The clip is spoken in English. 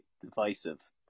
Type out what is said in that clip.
divisive